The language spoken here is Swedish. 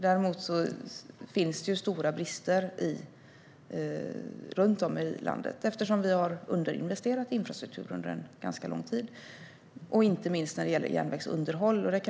Däremot finns det stora brister runt om i landet, eftersom vi har underinvesterat i infrastruktur under en ganska lång tid. Det gäller inte minst järnvägsunderhåll.